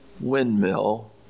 windmill